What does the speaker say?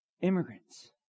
immigrants